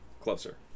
closer